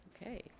Okay